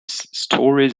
stories